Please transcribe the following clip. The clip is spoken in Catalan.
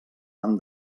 han